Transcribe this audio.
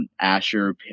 asher